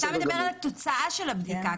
אתה מדבר על התוצאה של הבדיקה,